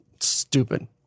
stupid